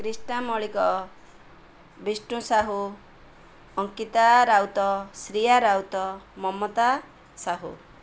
Krishna Moulik Bishnu Sahu Ankita Raut Shriya Raut Mamata Sahu